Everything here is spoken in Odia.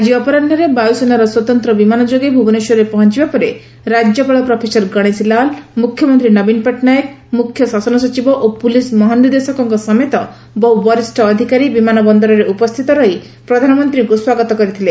ଆକି ଅପରାହ୍ରେ ବାୟସେନାର ସ୍ ଭୁବନେଶ୍ୱରରେ ପହଞ୍ ବା ପରେ ରାଜ୍ୟପାଳ ପ୍ରଫେସର ଗଣେଶୀ ଲାଲ ମୁଖ୍ୟମନ୍ତୀ ନବୀନ ପଟଟନାୟକ ମୁଖ୍ୟ ଶାସନ ସଚିବ ଓ ପୁଲିସ୍ ମହାନିର୍ଦ୍ଦେଶକଙ୍କ ସମେତ ବହ୍ ବରିଷ୍ ଅଧିକାରୀ ବିମାନ ବନ୍ଦରରେ ଉପସ୍ସିତ ରହି ପ୍ରଧାନମନ୍ତୀଙ୍କୁ ସ୍ୱାଗତ କରିଥିଲେ